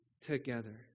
together